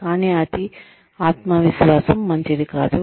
కానీ అతి ఆత్మవిశ్వాసం మంచిది కాదు